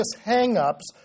hang-ups